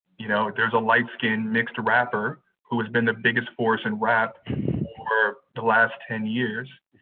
you know there's a light skinned mixed rapper who has been the biggest force in rap for the last ten years.